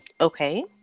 Okay